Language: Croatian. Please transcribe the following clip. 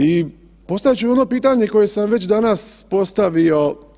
I postavit ću ono pitanje koje sam već danas postavio.